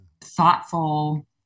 thoughtful